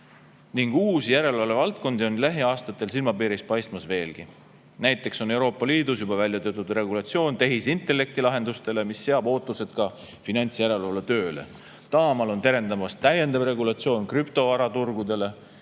ning uusi järelevalvevaldkondi on lähiaastatel silmapiiril paistmas veelgi. Näiteks on Euroopa Liidus juba välja töötatud regulatsioon tehisintellektilahendustele, mis seab ootused ka finantsjärelevalve tööle. Taamal on terendamas täiendav regulatsioon krüptovaraturgudele,